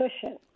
cushion